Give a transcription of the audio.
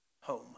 home